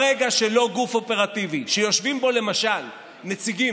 ברגע שלא גוף אופרטיבי שיושבים בו למשל נציגים